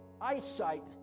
eyesight